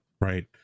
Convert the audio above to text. right